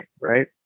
right